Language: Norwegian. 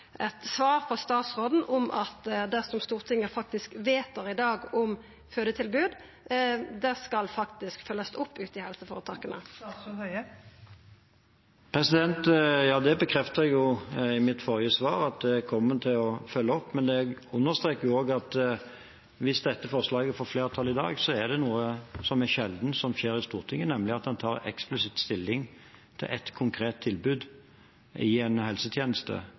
svar frå statsråden, om at det Stortinget faktisk vedtar i dag om fødetilbod, skal følgjast opp ute i helseføretaka. Jeg bekreftet i mitt forrige svar at jeg kommer til å følge opp det, men jeg understreket også at hvis dette forslaget får flertall i dag, er det noe sjeldent som skjer i Stortinget, nemlig at en tar eksplisitt stilling til ett konkret tilbud i en helsetjeneste.